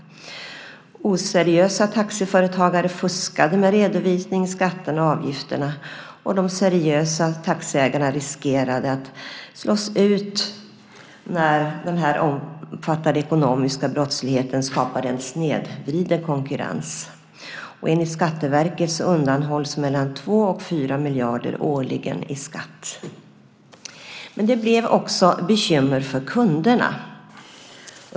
Oseriösa taxiföretagare fuskade med redovisning, skatterna och avgifterna. De seriösa taxiägarna riskerade att slås ut när den omfattande ekonomiska brottsligheten skapade en snedvriden konkurrens. Enligt Skatteverket undanhålls 2-4 miljarder årligen i skatt. Det blev också bekymmer för kunderna.